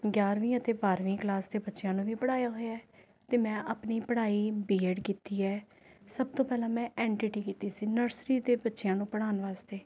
ਗਿਆਰ੍ਹਵੀਂ ਅਤੇ ਬਾਰ੍ਹਵੀਂ ਕਲਾਸ ਦੇ ਬੱਚਿਆਂ ਨੂੰ ਵੀ ਪੜ੍ਹਾਇਆ ਹੋਇਆ ਹੈ ਅਤੇ ਮੈਂ ਆਪਣੀ ਪੜ੍ਹਾਈ ਬੀਐੱਡ ਕੀਤੀ ਹੈ ਸਭ ਤੋਂ ਪਹਿਲਾਂ ਮੈਂ ਐਨ ਟੀ ਟੀ ਕੀਤੀ ਸੀ ਨਰਸਰੀ ਦੇ ਬੱਚਿਆਂ ਨੂੰ ਪੜ੍ਹਾਉਣ ਵਾਸਤੇ